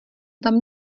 tam